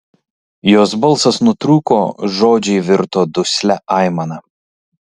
jos balsas nutrūko žodžiai virto duslia aimana